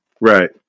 Right